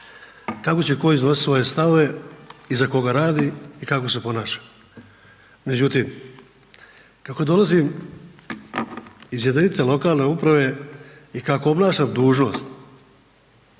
Kako će tko iznositi svoje stavove, iza koga radi i kako se ponaša. Međutim kako dolazim iz jedinice lokalne uprave i kako obnašam dužnost